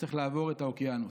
וצריך לעבור את האוקיינוס,